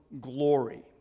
glory